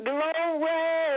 Glory